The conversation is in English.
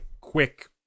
quick